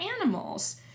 animals